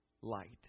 light